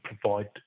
provide